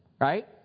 right